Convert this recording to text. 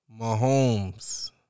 Mahomes